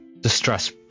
distress